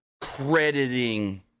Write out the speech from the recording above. crediting